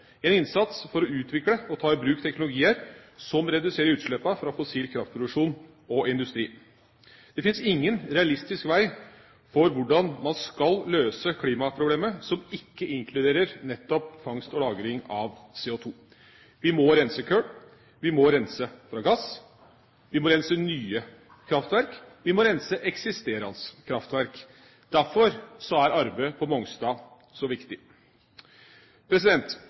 en innsats for å utvikle og ta i bruk teknologier som reduserer utslippene fra fossil kraftproduksjon og industri. Det finnes ingen realistisk vei for hvordan man skal løse klimaproblemet som ikke inkluderer nettopp fangst og lagring av CO2. Vi må rense kull, vi må rense fra gass, vi må rense nye kraftverk, og vi må rense eksisterende kraftverk. Derfor er arbeidet på Mongstad så viktig.